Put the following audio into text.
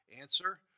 Answer